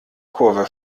kurve